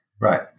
Right